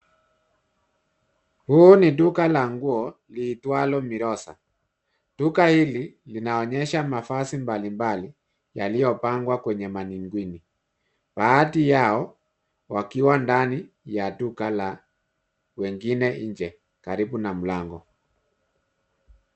Huu ni duka la nguo liitwalo Mirosa. Duka hili linaonyesha mavazi mbalimbali yaliyopangwa kwenye mannequin , baadhi yao wakiwa ndani ya duka la wengine nje karibu na mlango.